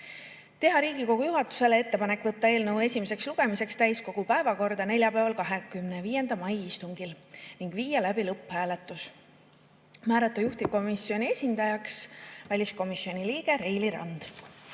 Teha Riigikogu juhatusele ettepanek võtta eelnõu esimeseks lugemiseks täiskogu päevakorda neljapäeva, 25. mai istungil ning viia läbi lõpphääletus. Määrata juhtivkomisjoni esindajaks väliskomisjoni liige Reili Rand.